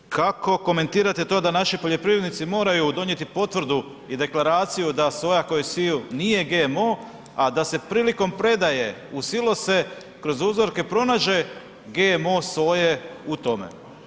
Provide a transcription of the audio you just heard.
Kako komentirate to da naši poljoprivrednici moraju donijeti potvrdu i deklaraciju da soja koju siju nije GMO a da se prilikom predaje u silose kroz uzroke pronađe GMO soje u tome?